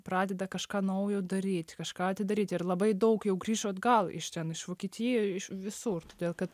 pradeda kažką naujo daryt kažką atidaryt ir labai daug jau grįžo atgal iš ten iš vokietija iš visur todėl kad